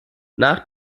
nach